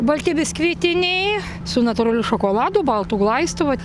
balti biskvitiniai su natūraliu šokolado baltu glaistu vat